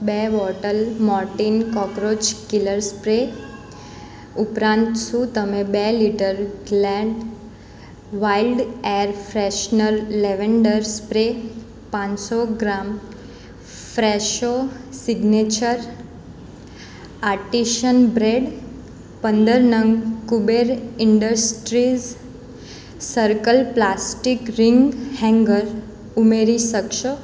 બે bottle Mortein cockroach killer spray ઉપરાંત શું તમે બે litre Glent wild air freshener lavender spray પાંચસો gram Fresho signature artisan bread પંદર નંગ Kuber industries circle plastic ring hanger ઉમેરી શકશો